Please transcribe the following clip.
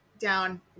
down